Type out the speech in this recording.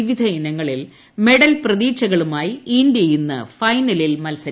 പിപിധ ഇനങ്ങളിൽ മെഡൽ പ്രതീക്ഷകളുമായി ഇന്ത്യ ഇന്ന് ഫൈനലിൽ മൽസരിക്കും